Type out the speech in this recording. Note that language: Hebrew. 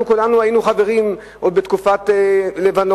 אנחנו כולנו היינו חברים עוד בתקופת לבנון,